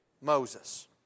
Moses